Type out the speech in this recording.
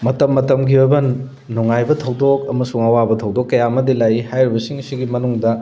ꯃꯇꯝ ꯃꯇꯝꯒꯤ ꯑꯣꯏꯕ ꯅꯨꯡꯉꯥꯏꯕ ꯊꯧꯗꯣꯛ ꯑꯃꯁꯨꯡ ꯑꯋꯥꯕ ꯊꯧꯗꯣꯛ ꯀꯌꯥ ꯑꯃꯗꯤ ꯂꯥꯛꯏ ꯍꯥꯏꯔꯤꯕꯁꯤꯡꯑꯁꯤꯒꯤ ꯃꯅꯨꯡꯗ